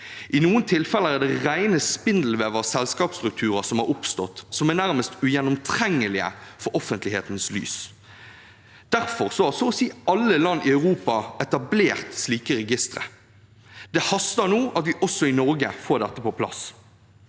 I noen tilfeller er det rene spindelvev av selskapsstrukturer som har oppstått, og som er nærmest ugjennomtrengelige for offentlighetens lys. Derfor har så å si alle land i Europa etablert slike registre. Det haster nå at vi også i Norge får dette på plass.